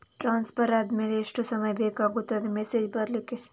Transfer ಆದ್ಮೇಲೆ ಎಷ್ಟು ಸಮಯ ಬೇಕಾಗುತ್ತದೆ ಮೆಸೇಜ್ ಬರ್ಲಿಕ್ಕೆ?